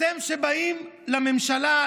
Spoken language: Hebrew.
אתם שבאים לממשלה,